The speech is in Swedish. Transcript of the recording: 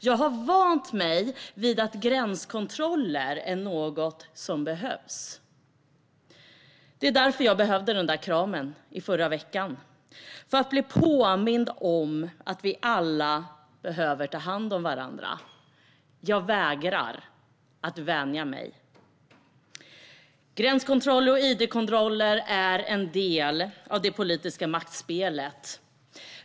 Jag har vant mig vid att gränskontroller är något som behövs. Det var därför jag behövde den där kramen förra veckan - för att bli påmind om att vi alla behöver ta hand om varandra. Jag vägrar att vänja mig. Gränskontroller och id-kontroller är en del av det politiska maktspelet.